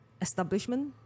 establishment